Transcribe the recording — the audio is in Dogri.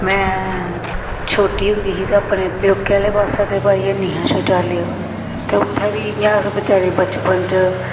में छोटी होंदी ही ते अपने प्यौके आह्ले पास्सै ते भाई हैनी हा शौचालय ते उत्थै बी इ'यां अस बेचारे बचपन च